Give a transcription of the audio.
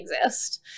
exist